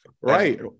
Right